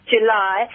July